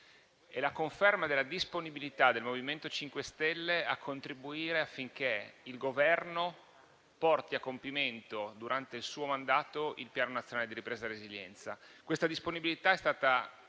dalla conferma della disponibilità del MoVimento 5 Stelle a contribuire affinché il Governo porti a compimento, durante il suo mandato, il Piano nazionale di ripresa e resilienza. Questa disponibilità è stata